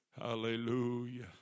Hallelujah